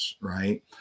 right